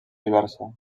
diversa